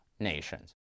nations